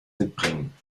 mitbringen